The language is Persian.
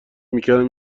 میکردم